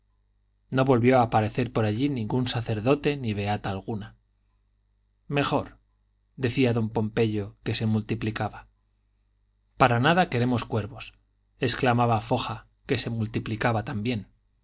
no volvió a parecer por allí ningún sacerdote ni beata alguna mejor decía don pompeyo que se multiplicaba para nada queremos cuervos exclamaba foja que se multiplicaba también